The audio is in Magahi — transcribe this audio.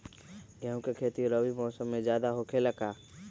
गेंहू के खेती रबी मौसम में ज्यादा होखेला का?